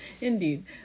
indeed